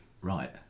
right